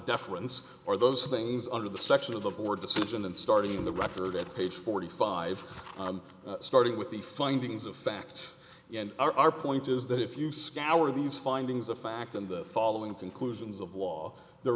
deference or those things under the section of the board decision and starting in the record at page forty five starting with the findings of fact in our point is that if you scour these findings of fact in the following conclusions of law there